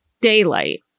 daylight